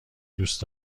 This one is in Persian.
دوست